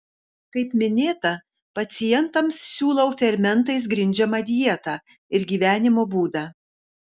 kaip minėta pacientams siūlau fermentais grindžiamą dietą ir gyvenimo būdą